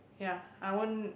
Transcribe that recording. yeah I won't